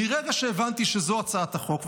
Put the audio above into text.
מרגע שהבנתי שזו הצעת החוק,